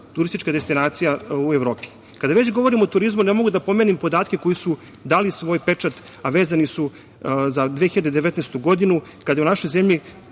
turistička destinacija u Evropi. Kada već govorimo o turizmu ne mogu da pomenem podatke koji su dali svoj pečat, a vezani su za 2019. godinu kada je u našoj zemlji